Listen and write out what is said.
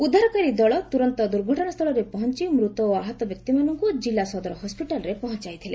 ଉଦ୍ଧାରକାରୀ ଦଳ ତୁରନ୍ତ ଦୁର୍ଘଟଣାସ୍ଥଳରେ ପହଞ୍ଚ୍ ମୃତ ଓ ଆହତ ବ୍ୟକ୍ତିମାନଙ୍କୁ ଜିଲ୍ଲା ସଦର ହସ୍କିଟାଲରେ ପହଞ୍ଚାଇଥିଲେ